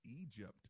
egypt